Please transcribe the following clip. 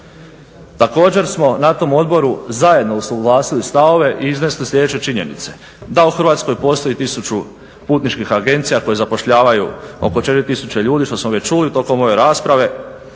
Također smo na tom odboru zajedno usuglasili stavove i iznijeli sljedeće činjenice da u Hrvatskoj postoji 1000 putničkih agencija koje zapošljavaju oko 4 tisuće ljudi što smo već čuli tokom ove rasprave.